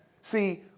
see